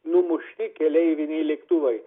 numušti keleiviniai lėktuvai